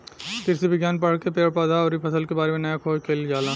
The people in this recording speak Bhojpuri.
कृषि विज्ञान पढ़ के पेड़ पौधा अउरी फसल के बारे में नया खोज कईल जाला